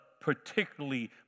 particularly